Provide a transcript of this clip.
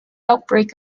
outbreak